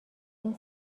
این